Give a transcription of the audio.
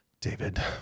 David